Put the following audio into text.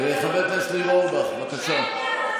חבר הכנסת ניר אורבך, בבקשה.